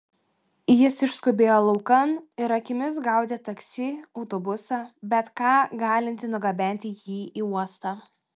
jis išskubėjo laukan ir akimis gaudė taksi autobusą bet ką galintį nugabenti jį į uostą